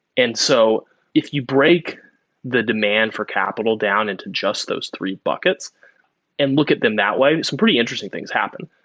and so if you break the demand for capital down into just those three buckets and look at them that way, some pretty interesting things happen.